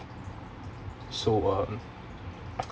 so um